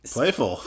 Playful